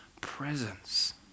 presence